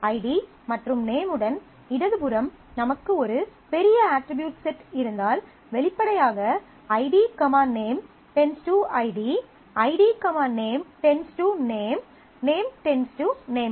ID மற்றும் நேமுடன் இடது புறம் நமக்கு ஒரு பெரிய அட்ரிபியூட் செட் இருந்தால் வெளிப்படையாக ID name→ ID ID name → name name → name